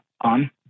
on